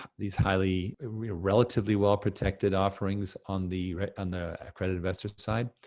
these highly, relatively-well protected offerings on the on the accredited investor's side.